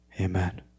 Amen